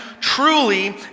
truly